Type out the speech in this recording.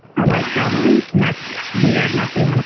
i like traveling, and that's weird not being.